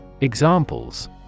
Examples